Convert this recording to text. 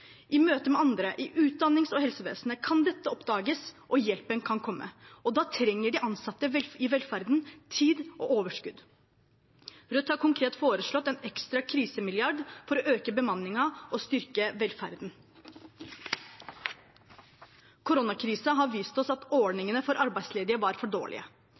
I møtet med andre i utdannings- og helsevesenet kan dette oppdages, og hjelpen kan komme. Da trenger de ansatte i velferden tid og overskudd. Rødt har konkret foreslått en ekstra krisemilliard for å øke bemanningen og styrke velferden. Koronakrisen har vist oss at ordningene for arbeidsledige var for dårlige.